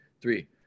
three